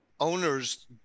owners